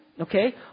Okay